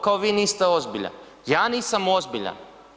Kao vi niste ozbiljan. ja nisam, ozbiljan?